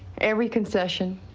every concession.